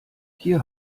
hier